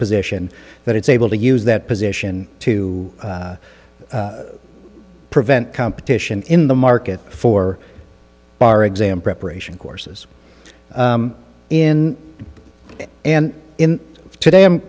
position that it's able to use that position to prevent competition in the market for bar exam preparation courses in and in today